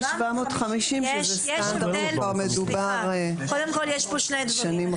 פה שני דברים.